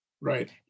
Right